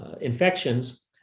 infections